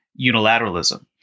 unilateralism